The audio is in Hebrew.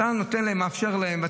אתה נותן להם ומאפשר להם,